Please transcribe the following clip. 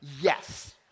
Yes